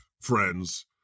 friends